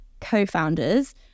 co-founders